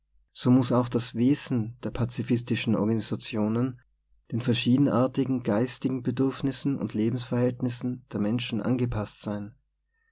so muß auch das wesen der pazifistischen organisationen den verschiedenartigen geistigen bedürfnissen und lebensverhältnissen der menschen angepaßt sein